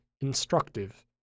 instructive